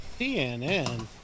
CNN